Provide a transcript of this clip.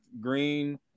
Green